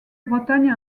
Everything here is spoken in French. bretagne